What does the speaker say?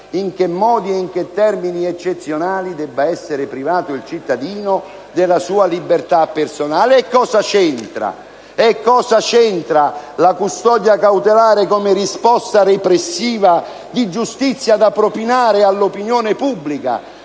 in che modi e in che termini eccezionali debba essere privato il cittadino della sua libertà personale. Cosa c'entra la custodia cautelare come risposta repressiva di giustizia da propinare all'opinione pubblica